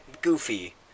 goofy